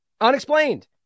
unexplained